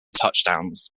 touchdowns